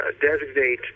designate